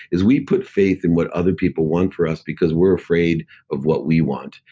is we put faith in what other people want for us because we're afraid of what we want.